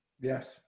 yes